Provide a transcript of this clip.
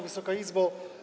Wysoka Izbo!